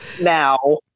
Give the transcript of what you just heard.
Now